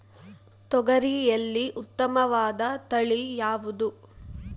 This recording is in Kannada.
ತೊಗರಿಯಲ್ಲಿ ಉತ್ತಮವಾದ ತಳಿ ಯಾವುದು?